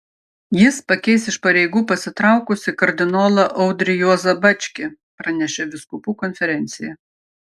jis pakeis iš pareigų pasitraukusį kardinolą audrį juozą bačkį pranešė vyskupų konferencija